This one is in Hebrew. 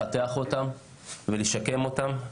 לפתח ולשקם אותם.